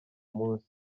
munsi